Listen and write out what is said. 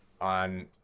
on